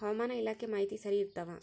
ಹವಾಮಾನ ಇಲಾಖೆ ಮಾಹಿತಿ ಸರಿ ಇರ್ತವ?